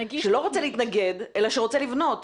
שלא רוצה להתנגד אלא רוצה לבנות,